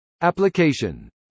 Application